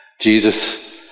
Jesus